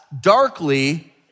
darkly